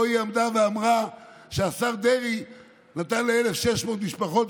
פה היא עמדה ואמרה שהשר דרעי נתן ל-1,600 משפחות.